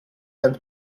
and